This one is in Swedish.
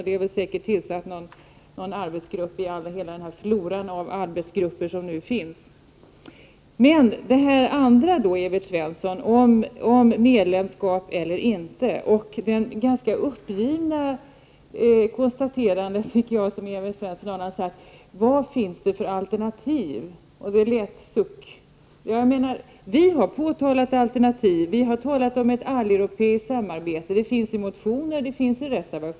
Det har säkert tillsatts någon arbetsgrupp om detta i hela den flora av arbetsgrupper som nu finns. Evert Svensson talade om medlemskap eller inte, och han lät ganska uppgiven när han undrade vad det fanns för alternativ. Det lät som en suck. Vi i vpk har pekat på alternativ, och vi har talat om ett alleuropeiskt samarbete. Det har vi fört fram i motioner och i reservationer.